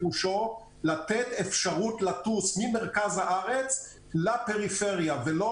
פירושו לתת אפשרות לטוס ממרכז הארץ לפריפריה ולא